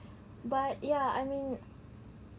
but ya I mean